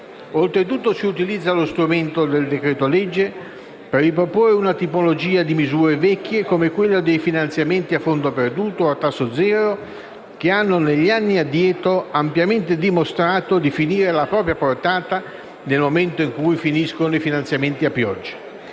Oltretutto, si utilizza lo strumento del decreto-legge per riproporre una tipologia di misure vecchie, come quella dei finanziamenti a fondo perduto o a tasso zero, che hanno negli anni addietro ampiamente dimostrato di finire la propria portata nel momento in cui finiscono i finanziamenti a pioggia.